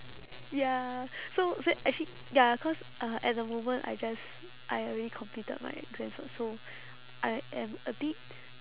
ya so so actually ya cause uh at the moment I just I already completed my exams ah so I am a bit